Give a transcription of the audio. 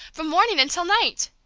from morning until night!